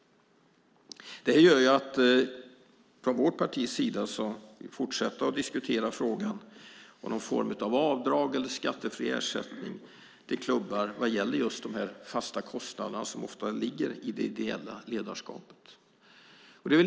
Från vårt partis sida vill vi fortsätta diskutera frågan om någon form av avdrag eller skattefri ersättning till klubbar för de fasta kostnader som ofta ligger i det ideella ledarskapet.